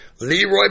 Leroy